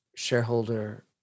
shareholder